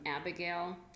Abigail